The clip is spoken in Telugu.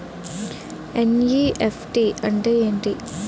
ఎన్.ఈ.ఎఫ్.టి అంటే ఎంటి?